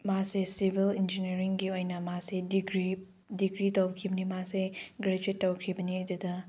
ꯃꯥꯁꯦ ꯁꯤꯚꯤꯜ ꯏꯟꯖꯤꯅꯤꯌꯥꯔꯤꯡꯒꯤ ꯑꯣꯏꯅ ꯃꯥꯁꯦ ꯗꯤꯒ꯭ꯔꯤ ꯗꯤꯒ꯭ꯔꯤ ꯇꯧꯈꯤꯕꯅꯦ ꯃꯥꯁꯦ ꯒ꯭ꯔꯦꯖꯨꯋꯦꯠ ꯇꯧꯈꯤꯕꯅꯦ ꯑꯗꯨꯗ